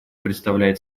представляет